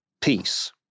peace